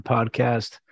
Podcast